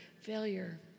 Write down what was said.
failure